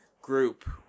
group